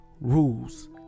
rules